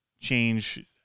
change